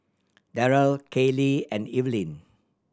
Derrell Kailey and Evelyne